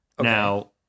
Now